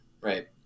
Right